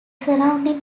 surrounding